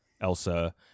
elsa